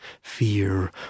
Fear